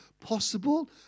possible